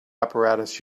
apparatus